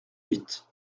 huit